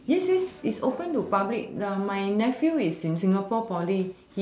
yes yes is open to public my nephew is in singapore poly